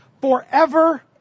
forever